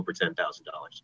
over ten thousand dollars